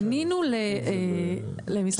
פנינו למשרד התקשורת.